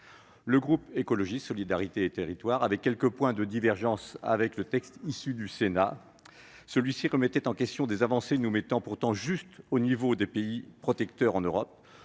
Le groupe Écologiste - Solidarité et Territoires avait quelques points de divergences avec le texte issu du Sénat, car celui-ci remettait en question des avancées nous mettant pourtant tout juste au niveau de pays plus protecteurs en Europe.